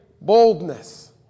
boldness